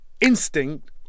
instinct